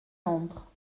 entre